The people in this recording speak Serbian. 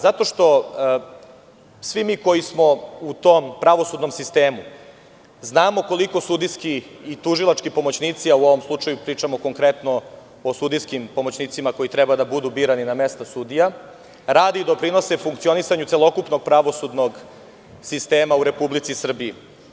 Zato što svi mi koji smo u tom pravosudnom sistemu znamo koliko sudijski i tužilački pomoćnici, a u ovom slučaju pričamo konkretno o sudijskim pomoćnicima koji treba da budu birani na mesta sudija, rade i doprinose funkcionisanju celokupnog pravosudnog sistema u Republici Srbiji.